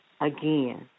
again